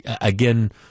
again